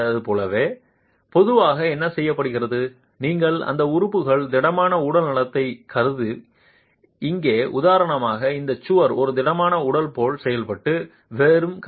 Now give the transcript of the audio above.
எனவே பொதுவாக என்ன செய்யப்படுகிறது நீங்கள் அந்த உறுப்புகள் திடமான உடல் நடத்தை கருதி இங்கே உதாரணமாக இந்த சுவர் ஒரு திடமான உடல் போல் செயல்பட்டு வெறும் கவிழ்த்து